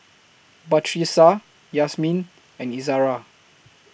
Batrisya Yasmin and Izara